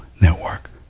network